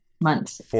months